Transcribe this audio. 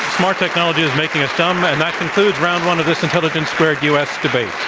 smart technology is making us dumb. and that concludes round one of this intelligence squared u. s. debate.